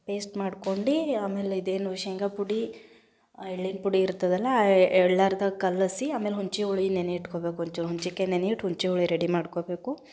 paste ಮಾಡ್ಕೊಂಡು ಆಮೇಲೆ ಇದೇನು ಶೇಂಗಾಪುಡಿ ಎಳ್ಳಿನ ಪುಡಿ ಇರ್ತದಲ್ಲ ಆ ಎಳ್ಳಾರ್ದ ಕಲಸಿ ಆಮೇಲೆ ಹುಣ್ಚಿಹುಳಿ ನೆನೆ ಇಟ್ಕೊಬೇಕು ಒಂಚೂರು ಹುಣ್ಚಿಕಾಯಿ ನೆನೆ ಇಟ್ಟು ಹುಣ್ಚಿಹುಳಿ ರೆಡಿ ಮಾಡ್ಕೊಬೇಕು